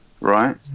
Right